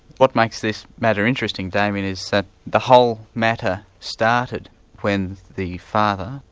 what makes this matter interesting, damien, is that the whole matter started when the father,